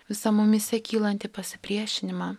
visą mumyse kylantį pasipriešinimą